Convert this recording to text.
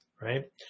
right